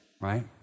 right